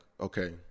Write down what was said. okay